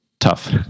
Tough